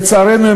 לצערנו,